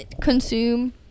consume